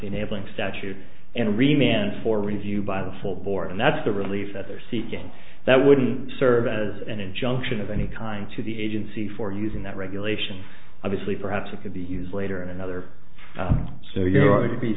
enabling statute and re mynd for review by the full board and that's the relief that they're seeking that wouldn't serve as an injunction of any kind to the agency for using that regulation obviously perhaps it could be used later in another so you're going to be